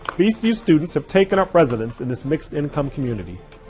vcu students have taken up residence in this mixed-income community.